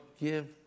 give